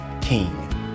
king